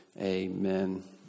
amen